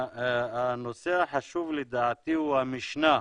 הנושא החשוב, לדעתי, הוא המשנה,